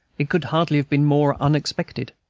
it could hardly have been more unexpected.